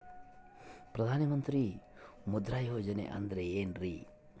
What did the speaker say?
ಪ್ರಧಾನ ಮಂತ್ರಿ ಮುದ್ರಾ ಯೋಜನೆ ಅಂದ್ರೆ ಏನ್ರಿ?